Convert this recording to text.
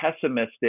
pessimistic